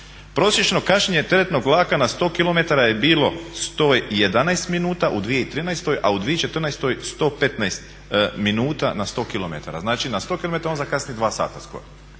Prosječno kašnjenje teretnog vlaka na 100 km je bilo 111 minuta u 2013., a u 2014. 115 minuta na 100 km. Znači na 100 km on zakasni 2 sata skoro